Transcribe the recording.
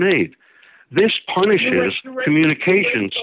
made this punishes communication